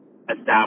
establish